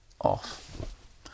off